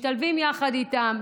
משתלבים יחד איתם.